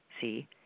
see